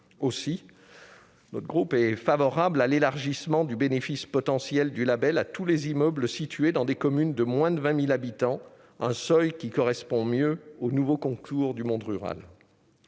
Aussi, notre groupe est favorable à l'élargissement du bénéfice potentiel du label à tous les immeubles situés dans des communes de moins de 20 000 habitants, un seuil qui correspond mieux aux nouveaux contours du monde rural.